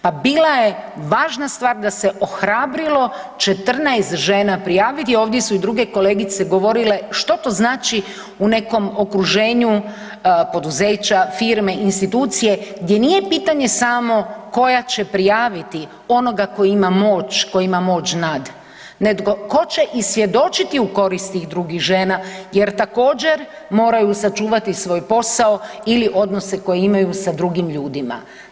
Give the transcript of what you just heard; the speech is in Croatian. Pa bila je važna stvar da se ohrabrilo 14 žena prijaviti, ovdje su i druge kolegice govorile što to znači u nekom okruženju poduzeća, firme, institucije, gdje nije pitanje samo koja će prijaviti onoga tko ima moć, koji ima moć nad, nego tko će i svjedočiti u korist tih drugih žena jer također, moraju sačuvati svoj posao ili odnose koje imaju sa drugim ljudima.